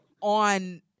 on